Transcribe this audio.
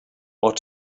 what